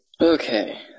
Okay